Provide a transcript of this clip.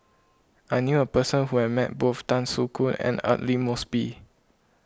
I knew a person who has met both Tan Soo Khoon and Aidli Mosbit